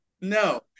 No